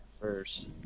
first